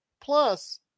plus